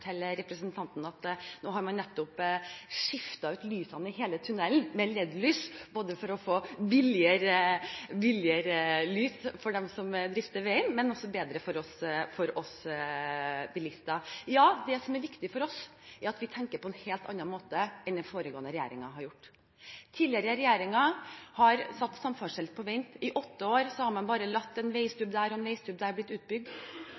fortelle representanten at nå har man nettopp skiftet ut lysene i hele tunnelen med LED-lys, både for å få billigere lys for dem som drifter veien, men også fordi det er bedre for oss bilister. Ja, det som er viktig for oss, er at vi tenker på en helt annen måte enn det den foregående regjeringen har gjort. Tidligere regjeringer har satt samferdsel på vent. I åtte år har man bare bygd ut en veistubb her og en veistubb der. Det som er